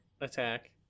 attack